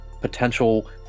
potential